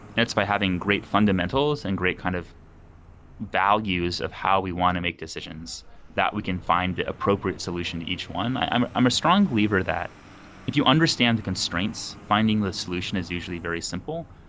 it's by having great fundamentals and great kind of values of how we want to make decisions that we can find the appropriate solution to each one. i'm i'm a strong believer that if you understand the constraints, finding the solution is usually very simple,